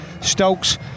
Stokes